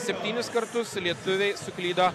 septynis kartus lietuviai suklydo